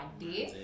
day